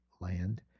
land